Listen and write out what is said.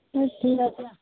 ঠিক ঠিক আছে